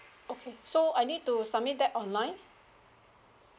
okay so I need to submit that online